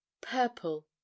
purple